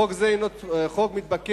חוק זה הינו חוק מתבקש,